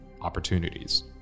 opportunities